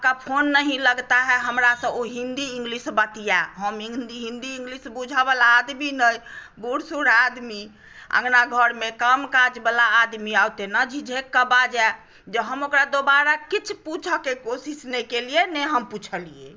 आपका फोन नहीं लगता है हमरासँ ओ हिन्दी इंग्लिश बतियाय हम इंग्लिश हिन्दी बुझयवला आदमी नहि बूढ़ सूढ़ आदमी अङ्गना घरमे काम काजवला आदमी आ ओ तेना झिझकि कऽ बाजय जे हम ओकरा दुबारा किछु नहि पुछयके कोशिश नहि केलियनि नहि हम पुछलियै